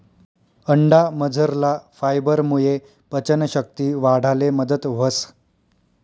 अंडामझरला फायबरमुये पचन शक्ती वाढाले मदत व्हस